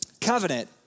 covenant